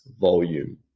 volume